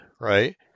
right